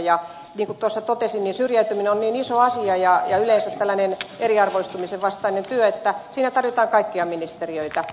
niin kuin tuossa totesin syrjäytyminen on niin iso asia ja yleensä tällainen eriarvoistumisen vastainen työ että siinä tarvitaan kaikkia ministeriöitä